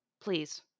please